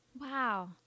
Wow